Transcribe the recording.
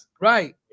Right